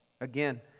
Again